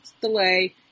delay